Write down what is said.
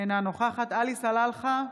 אינה נוכחת עלי סלאלחה,